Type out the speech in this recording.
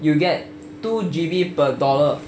you get two G_B per dollar